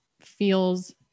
feels